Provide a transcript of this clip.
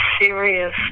serious